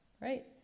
right